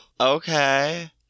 Okay